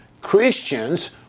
Christians